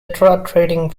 trading